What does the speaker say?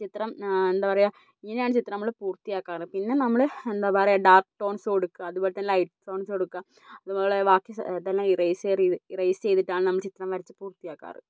ചിത്രം എന്താ പറയുക ഇങ്ങനെയാണ് ചിത്രം നമ്മൾ പൂർത്തിയാക്കാറ് പിന്നെ നമ്മൾ എന്ത പറയുക ഡാർക്ക് ടോൺസ് കൊടുക്കുക അതുപോലെതന്നെ ലൈറ്റ് ടോൺസ് കൊടുക്കുക അതുപോലെ ബാക്കി ഇതെല്ലാം ഇറെയസെറ് ചെയ്ത് ഇറെയ്സ് ചെയ്തിട്ടാണ് നമ്മൾ ചിത്രം വരച്ച് പൂർത്തിയാക്കാറ്